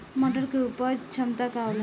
मटर के उपज क्षमता का होला?